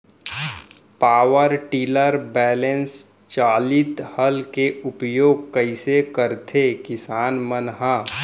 Power tiller बैलेंस चालित हल के उपयोग कइसे करथें किसान मन ह?